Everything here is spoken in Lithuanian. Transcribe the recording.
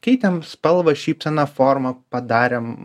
keitėm spalvą šypseną formą padarėm